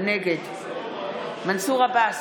נגד מנסור עבאס,